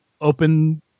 open